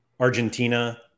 Argentina